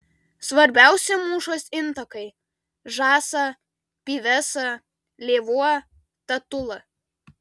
svarbiausi mūšos intakai žąsa pyvesa lėvuo tatula